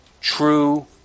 true